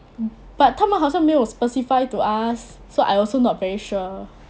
but 他们好像没有 specify to us so I also not very sure